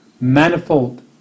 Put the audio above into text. manifold